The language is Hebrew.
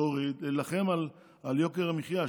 להילחם על יוקר המחיה,